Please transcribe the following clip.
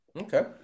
okay